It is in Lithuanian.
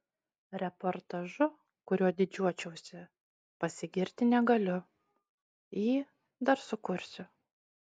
reportažu kuriuo didžiuočiausi pasigirti negaliu jį dar sukursiu